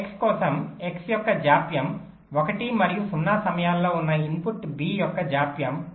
X కోసం x యొక్క జాప్యం 1 మరియు 0 సమయంలో ఉన్న ఇన్పుట్ b యొక్క జాప్యం 0